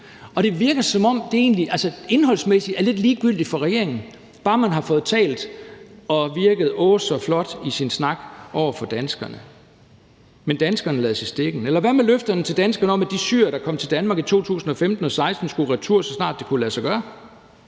det indholdsmæssigt er lidt ligegyldigt for regeringen, bare man har fået talt og virket åh så flot i sin snak over for danskerne. Men danskerne lades i stikken. Kl. 11:02 Eller hvad med løfterne til danskerne om, at de syrere, der kom til Danmark i 2015 og 2016, skulle retur, så snart det kunne lade sig gøre?